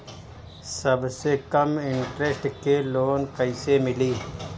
सबसे कम इन्टरेस्ट के लोन कइसे मिली?